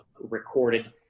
recorded